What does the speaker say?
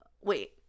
wait